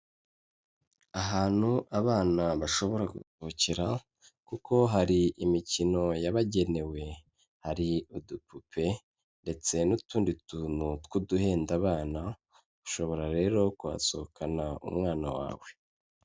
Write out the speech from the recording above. Ahantu abana bashobora gusohokera kuko hari imikino yabagenewe, hari udupupe ndetse n'utundi tuntu tw'uduhendabana, ushobora rero kuhasohokana umwana wawe.